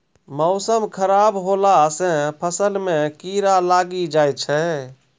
मौसम खराब हौला से फ़सल मे कीड़ा लागी जाय छै?